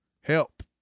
help